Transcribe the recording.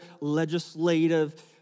legislative